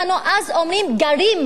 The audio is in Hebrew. אז אומרים "גרים בשטח",